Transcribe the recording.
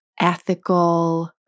ethical